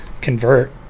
convert